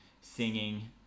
singing